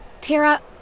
tara